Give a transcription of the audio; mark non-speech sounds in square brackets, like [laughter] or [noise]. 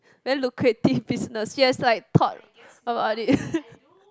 very lucrative business she has like thought about it [laughs]